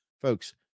folks